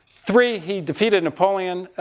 three, he defeated napoleon.